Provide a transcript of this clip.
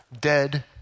dead